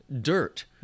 dirt